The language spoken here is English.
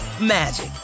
magic